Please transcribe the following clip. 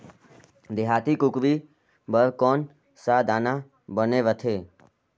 देहाती कुकरी बर कौन सा दाना बने रथे?